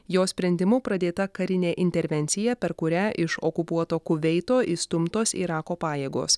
jo sprendimu pradėta karinė intervencija per kurią iš okupuoto kuveito išstumtos irako pajėgos